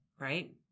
Right